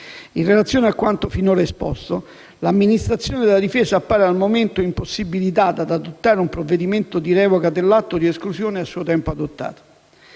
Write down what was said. In relazione a quanto finora esposto, l'amministrazione della difesa appare al momento impossibilitata ad adottare un provvedimento di revoca dell'atto di esclusione a suo tempo adottato.